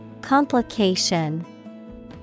Complication